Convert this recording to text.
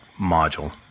module